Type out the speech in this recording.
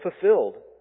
fulfilled